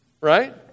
right